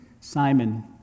Simon